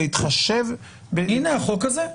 להתחשב -- הנה, החוק הזה.